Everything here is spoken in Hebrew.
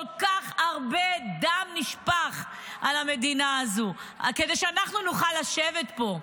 כל כך הרבה דם נשפך על המדינה הזו כדי שנוכל לשבת פה,